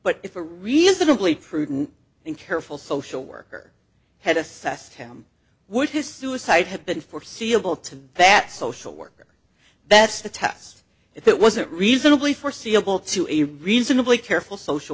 but if a reasonably prudent and careful social worker had assessed him would his suicide have been for seeable to that social worker that's the test if it wasn't reasonably foreseeable to a reasonably careful social